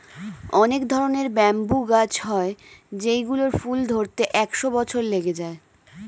অনেক ধরনের ব্যাম্বু গাছ হয় যেই গুলোর ফুল ধরতে একশো বছর লেগে যায়